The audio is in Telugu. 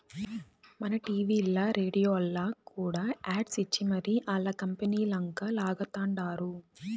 మన టీవీల్ల, రేడియోల్ల కూడా యాడ్స్ ఇచ్చి మరీ ఆల్ల కంపనీలంక లాగతండారు